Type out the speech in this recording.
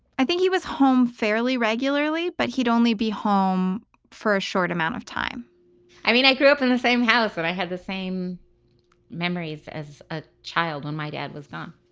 i think he was home fairly regularly, but he'd only be home for a short amount of time i mean i grew up in the same house that i had the same memories as a child when my dad was gone.